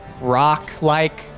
rock-like